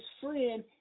friend